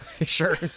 Sure